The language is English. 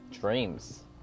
Dreams